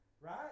right